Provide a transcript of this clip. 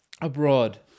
Abroad